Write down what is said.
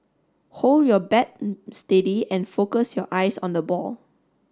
hold your bat steady and focus your eyes on the ball